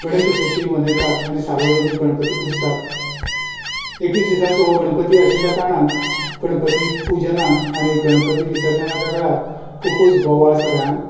गणेश चतुर्थी मनयतात आनी सावर्जनीक गणपती पुजतात एकवीस दिसांचो गणपती आसल्या कारणान गणपती पुजनान आनी गणपती विर्सजनाच्या वेळार खुबूच बोवाळ सगळ्यान